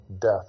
death